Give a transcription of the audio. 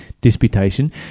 disputation